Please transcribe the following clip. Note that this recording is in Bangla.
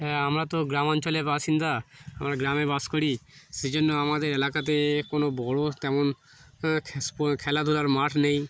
হ্যাঁ আমরা তো গ্রামাঞ্চলের বাসিন্দা আমরা গ্রামে বাস করি সেই জন্য আমাদের এলাকাতে কোনো বড়ো তেমন খেলাধুলার মাঠ নেই